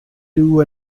two